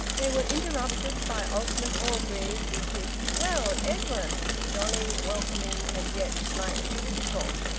they were interrupted by osmond orgreave, with his, well, edwin, jolly, welcoming, and yet slightly quizzical.